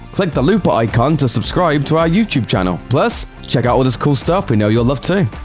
click the looper icon to subscribe to our youtube channel. plus check out all this cool stuff we know you'll love, too!